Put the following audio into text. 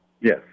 Yes